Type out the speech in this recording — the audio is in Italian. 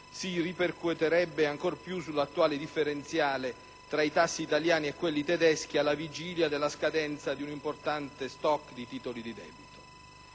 si ripercuoterebbe ancor più sull'attuale differenziale tra i tassi italiani e quelli tedeschi, alla vigilia della scadenza di un importante *stock* di titoli di debito.